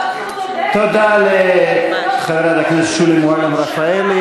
זו לא זכות תודה לחברת הכנסת שולי מועלם-רפאלי.